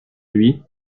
lui